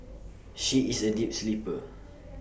she is A deep sleeper